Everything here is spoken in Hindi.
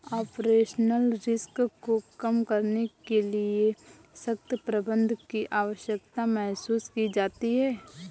ऑपरेशनल रिस्क को कम करने के लिए सशक्त प्रबंधन की आवश्यकता महसूस की जाती है